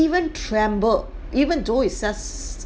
even trembled even though is just